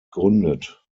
gegründet